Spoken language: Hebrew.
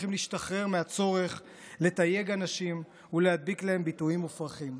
צריכים להשתחרר מהצורך לתייג אנשים ולהדביק להם ביטויים מופרכים.